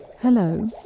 Hello